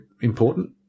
important